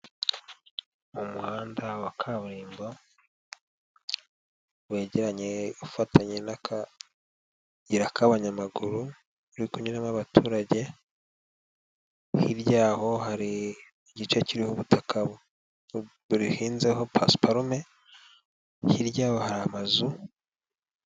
Mu muhanda wa kaburimbo wegeranye ufatanye n'akayira k'abanyamaguru uri kumwerumo abaturage, hirya y'aho hari igice kiriho ubutaka buhinzeho pasuparume, hirya y'aho hari amazu.